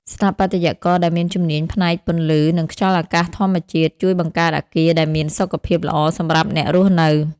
ស្ថាបត្យករដែលមានជំនាញផ្នែកពន្លឺ និងខ្យល់អាកាសធម្មជាតិ ជួយបង្កើតអគារដែលមានសុខភាពល្អសម្រាប់អ្នករស់នៅ។